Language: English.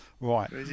Right